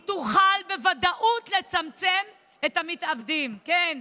היא תוכל בוודאות לצמצם את מספר המתאבדים, כן,